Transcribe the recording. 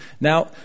Now